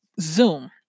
Zoom